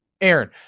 Aaron